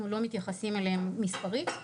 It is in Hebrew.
אנחנו לא מתייחסים אליהם מספרית.